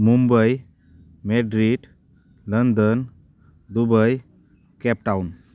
Mumbai Madrid London Dubai Cape Town